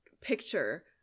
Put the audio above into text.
picture